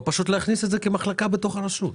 או פשוט להכניס את זה כמחלקה בתוך הרשות.